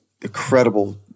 incredible